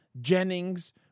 Jennings